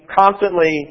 constantly